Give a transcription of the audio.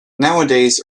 nowadays